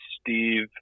Steve